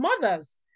mothers